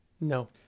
No